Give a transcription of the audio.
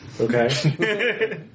okay